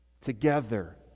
together